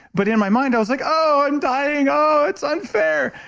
but in my mind i was like, oh, i'm dying. oh, it's unfair.